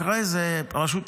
אחרי זה, רשות המיסים,